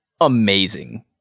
amazing